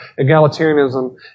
egalitarianism